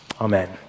Amen